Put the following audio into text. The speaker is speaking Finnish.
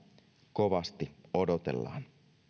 kovasti odotellaan